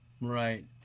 right